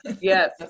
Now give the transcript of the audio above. yes